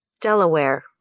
Delaware